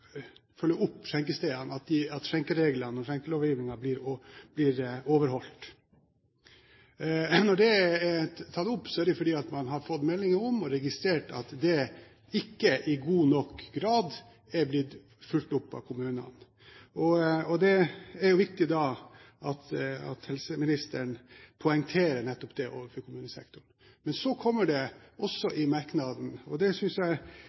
følge opp skjenkestedene, følge opp at skjenkereglene og skjenkelovgivningen blir overholdt. Når dette er tatt opp, er det fordi man har fått meldinger om, og registrert, at dette ikke er blitt fulgt opp av kommunene i stor nok grad. Da er det viktig at helseministeren poengterer nettopp det overfor kommunesektoren. Men så kommer det også i merknaden, noe som har en dimensjon utover alkoholpolitikken, nemlig det